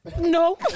No